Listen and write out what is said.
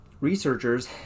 researchers